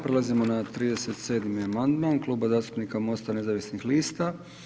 Prelazimo na 37. amandman Kluba zastupnika Mosta nezavisnih lista.